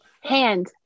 Hand